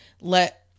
let